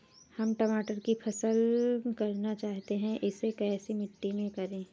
हम टमाटर की फसल करना चाहते हैं इसे कैसी मिट्टी में करें?